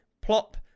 plop